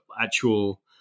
actual